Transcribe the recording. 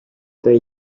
pas